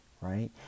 right